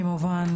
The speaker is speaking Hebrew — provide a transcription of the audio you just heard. כמובן,